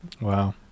Wow